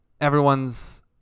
everyone's